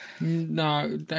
No